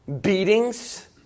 beatings